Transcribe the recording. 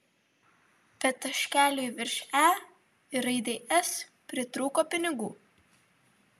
bet taškeliui virš e ir raidei s pritrūko pinigų